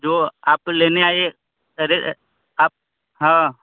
जो आप लेने आइए अरे आप हाँ